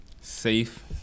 Safe